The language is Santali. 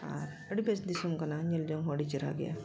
ᱟᱨ ᱟᱹᱰᱤ ᱵᱮᱥ ᱫᱤᱥᱚᱢ ᱠᱟᱱᱟ ᱧᱮᱞ ᱡᱚᱝ ᱦᱚᱸ ᱟᱹᱰᱤ ᱪᱮᱨᱦᱟ ᱜᱮᱭᱟ